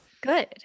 Good